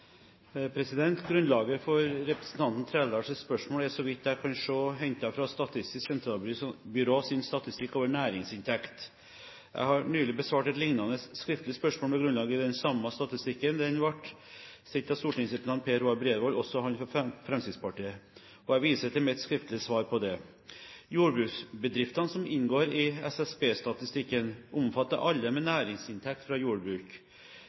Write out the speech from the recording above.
Grunnlaget for representanten Trældals spørsmål er, så vidt jeg kan se, hentet fra Statistisk sentralbyrås statistikk over næringsinntekt. Jeg har nylig besvart et liknende skriftlig spørsmål med grunnlag i den samme statistikken. Det ble stilt av stortingsrepresentant Per Roar Bredvold, også han fra Fremskrittspartiet. Jeg viser til mitt skriftlige svar på dette. Jordbruksbedriftene som inngår i SSB-statistikken, omfatter alle med næringsinntekt fra jordbruk.